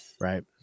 right